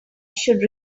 should